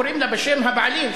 קוראים לה בשם הבעלים,